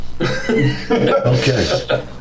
Okay